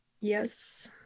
yes